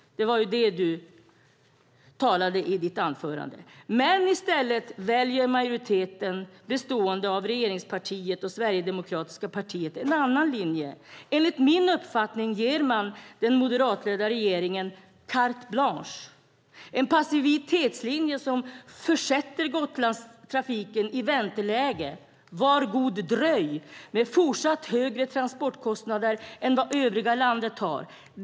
Det var ju det du talade om i ditt anförande. I stället väljer majoriteten, bestående av regeringspartierna och Sverigedemokraterna, en annan linje. Enligt min uppfattning ger man den moderatledda regeringen carte blanche och väljer en passivitetslinje som försätter Gotlandstrafiken i vänteläge - Var god dröj! - med fortsatt högre transportkostnader än vad övriga landet har.